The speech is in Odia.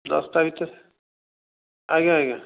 ଦଶଟା ଭିତରେ ଆଜ୍ଞା ଆଜ୍ଞା